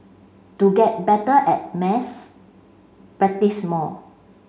to get better at maths practise more